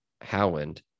Howland